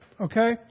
okay